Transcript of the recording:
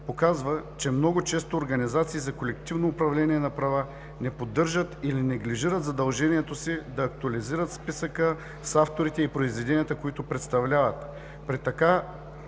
показва, че много често организации за колективно управление на права не поддържат или неглижират задължението си да актуализират списъка с авторите и произведенията, които представляват.